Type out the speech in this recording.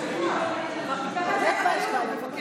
ובכן,